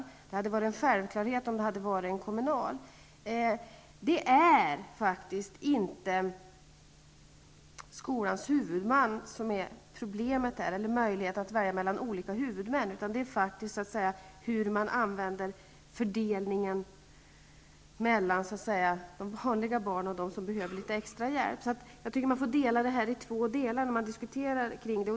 Det hade varit en självklarhet om det hade varit en kommunal skola. Det är faktiskt inte skolans huvudman som är problemet, utan det är hur man använder fördelningen mellan de vanliga barnen och de som behöver extra hjälp. Man får dela upp den här frågan i två delar när man diskuterar den.